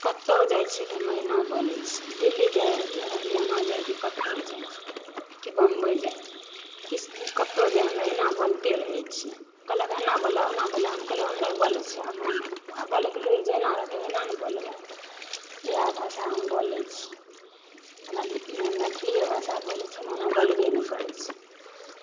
कतहुँ जाय छियै तऽ हमे अहिना बोलय छियै डिल्ली जाए कि हरियाणा जाए कि कतहुँ जाए की बम्बइ जाए कि कतहुँ जाय हम अहिना बोलते रहय छियै कहलक एना बोलए ओना बोलए हम कहलक हम नहि बोलय छियै हम ओना हमरा बोलएके लूरि रहतय ओहिना ने बोलबै इएह भाषा हम बोलय छियै ओना हम मैथिली भाषा बोलय छियै हम ओना बोलबे नहि करय छियै